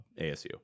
ASU